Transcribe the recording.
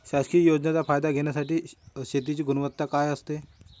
शासकीय योजनेचा फायदा घेण्यासाठी शेतीची गुणवत्ता काय असते?